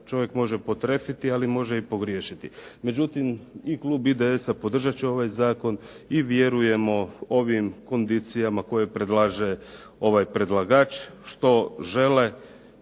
čovjek može potrefiti, ali može i pogriješiti. Međutim, i klub IDS-a podržati će ovaj zakon i vjerujemo ovim kondicijama koje predlaže ovaj predlagač. Što žele,